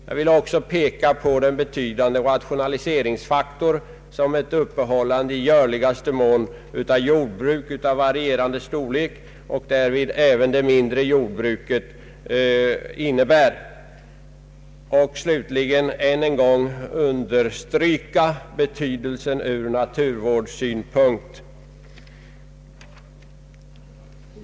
Jag vill också peka på den betydande rationaliseringsfaktor som ett upprätthållande i görligaste mån av jordbruk Ang. jordbrukspolitiken av varierande storlek — alltså även mindre jordbruk — utgör. Slutligen vill jag än en gång understryka betydelsen från naturvårdssynpunkt av att jordbruket upprätthålls.